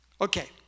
Okay